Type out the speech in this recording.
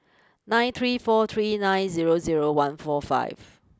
nine three four three nine zero zero one four five